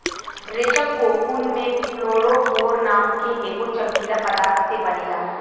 रेशम कोकून में फ्लोरोफोर नाम के एगो चमकीला पदार्थ से बनेला